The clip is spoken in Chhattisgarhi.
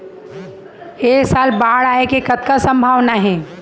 ऐ साल बाढ़ आय के कतका संभावना हे?